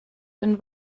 den